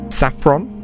saffron